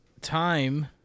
time